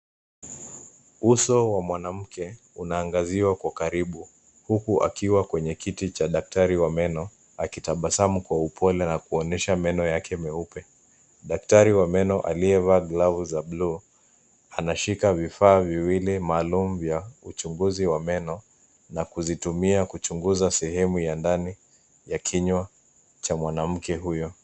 Uso wa mwanamke unaangaziwa kwa karibu huku akiwa kwenye kiti cha daktari wa meno akitabasamu kwa upole na kuonyesha meno yake meupe. Daktari wa meno aliyevaa glavu za bluu anashika vifaa viwili maalum vya uchuguzi wa meno na kuzitumia kuchuguza sehemu za ndani za kinywa cha mwanamke huyo.